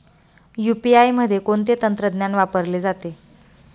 UPI मध्ये कोणते तंत्रज्ञान वापरले जाते?